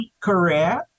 career